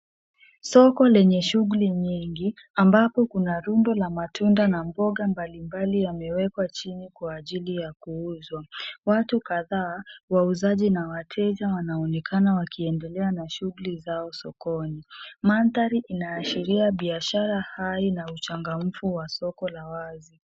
Soko lenye shughuli nyingi ambapo kuna rundo la matunda na mboga mbalimbali yamewekwa chini kwa ajili ya kuuzwa. Watu kadhaa, wauzaji na wateja, wanaonekana wakiendelea na shughuli zao sokoni. Mandhari inaashiria biashara hai na uchangamfu wa soko la wazi.